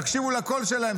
תקשיבו לקול שלהן,